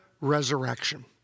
resurrection